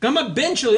גם הבן שלו,